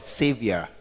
savior